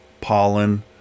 pollen